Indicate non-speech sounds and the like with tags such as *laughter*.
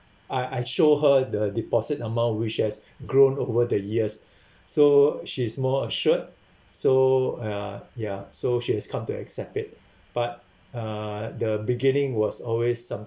I I show her the deposit amount which has grown over the years *breath* so she's more assured so uh ya so she has come to accept it but uh the beginning was always some